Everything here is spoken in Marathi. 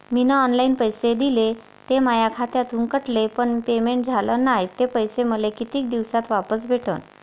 मीन ऑनलाईन पैसे दिले, ते माया खात्यातून कटले, पण पेमेंट झाल नायं, ते पैसे मले कितीक दिवसात वापस भेटन?